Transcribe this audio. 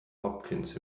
hopkins